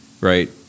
right